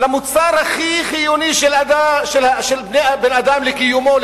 למוצר הכי חיוני של בן-אדם לקיומו,